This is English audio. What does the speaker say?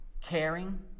caring